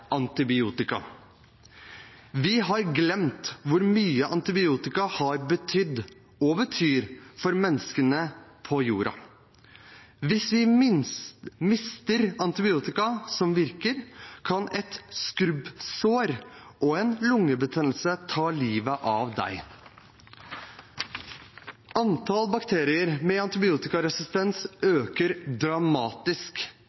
antibiotika. Vi har glemt hvor mye antibiotika har betydd – og betyr – for menneskene på jorda. Hvis vi mister antibiotika som virker, kan et skrubbsår og en lungebetennelse ta livet av oss. Antall bakterier med antibiotikaresistens